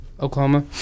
Oklahoma